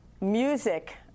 Music